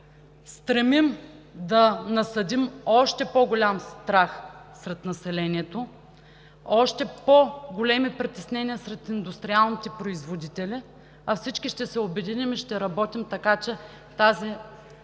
стремим да насадим още по-голям страх сред населението; още по-големи притеснения сред индустриалните производители, а всички ще се обединим и ще работим така, че този